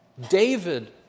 David